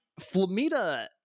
Flamita